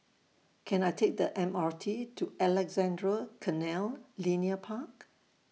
Can I Take The M R T to Alexandra Canal Linear Park